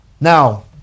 Now